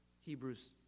hebrews